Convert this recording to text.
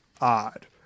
odd